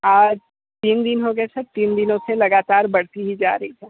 आज तीन दिन हो गए सर तीन दिनों से लगातार बढ़ती ही जा रही है